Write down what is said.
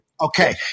okay